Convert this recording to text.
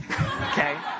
Okay